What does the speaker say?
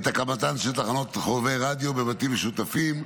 על הקמתם של תחנות חובבי רדיו בבתים משותפים,